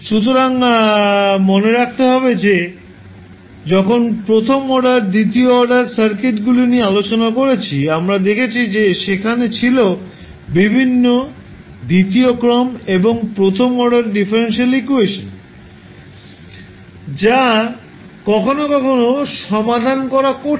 সুতরাং মনে রাখতে হবে যে যখন প্রথম অর্ডার দ্বিতীয় অর্ডার সার্কিটগুলি নিয়ে আলোচনা করেছি আমরা দেখেছি যে সেখানে ছিল বিভিন্ন দ্বিতীয় ক্রম এবং প্রথম অর্ডার ডিফারেন্সিয়াল সমীকরণ যা কখনও কখনও সমাধান করা কঠিন